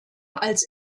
als